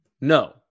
No